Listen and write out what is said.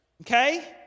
Okay